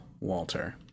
Walter